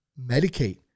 medicate